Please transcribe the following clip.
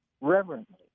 reverently